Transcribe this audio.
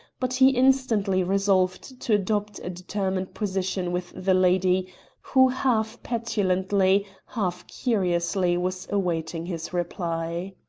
but he instantly resolved to adopt a determined position with the lady who half-petulantly, half-curiously, was awaiting his reply.